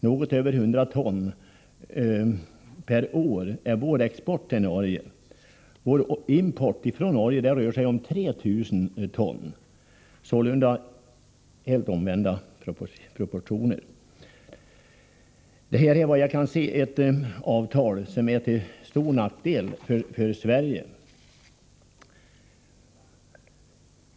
Vår ostexport till Norge uppgår till något mer än 100 ton per år, medan importen från Norge uppgår till 3 000 ton. Det är således helt omvända proportioner. Detta är efter vad jag kan se ett avtal som är till stor nackdel för Sverige.